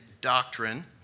doctrine